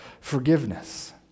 forgiveness